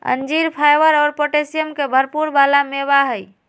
अंजीर फाइबर और पोटैशियम के भरपुर वाला मेवा हई